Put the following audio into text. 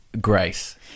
grace